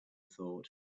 thought